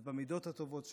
אז במידות הטובות שלו,